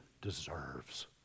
deserves